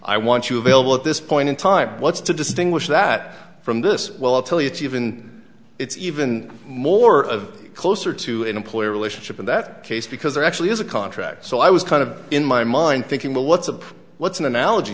i want you available at this point in time what's to distinguish that from this well i'll tell you it's even it's even more of a closer to an employer relationship in that case because there actually is a contract so i was kind of in my mind thinking well what's a what's an analogy